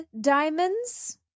diamonds